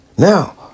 Now